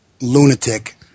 lunatic